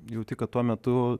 jauti kad tuo metu